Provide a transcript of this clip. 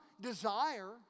desire